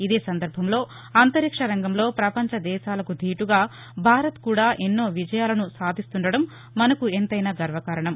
ఇదే సందర్బంలో అంతరిక్ష రంగంలో పపంచదేశాలకు దీటుగా భారత్ కూడా ఎన్నో విజయాలను సాధిస్తుండడం మసకు ఎంతైనా గర్వకారణం